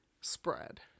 spread